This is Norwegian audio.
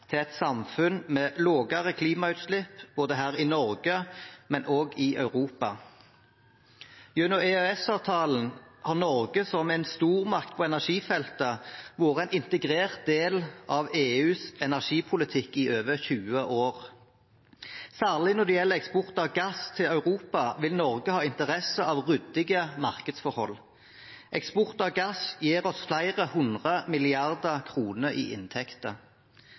til et samfunn med lavere klimautslipp, både her i Norge og i Europa. Gjennom EØS-avtalen har Norge, som en stormakt på energifeltet, vært en integrert del av EUs energipolitikk i over 20 år. Særlig når det gjelder eksport av gass til Europa, vil Norge ha interesse av ryddige markedsforhold. Eksport av gass gir oss flere hundre milliarder kroner i inntekter.